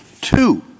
Two